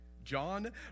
John